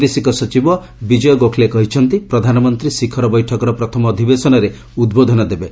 ବୈଦେଶିକ ସଚିବ ବିଜୟ ଗୋଖେଲେ କହିଛନ୍ତି ପ୍ରଧାନମନ୍ତ୍ରୀ ଶିଖର ବୈଠକର ପ୍ରଥମ ଅଧିବେଶନରେ ଉଦ୍ବୋଧନ ଦେବେ